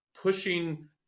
pushing